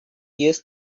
years